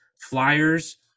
flyers